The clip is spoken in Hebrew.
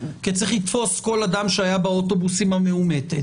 כי צריך לתפוס כל אדם שהיה באוטובוס עם המאומתת,